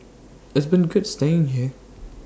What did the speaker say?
it's been good staying here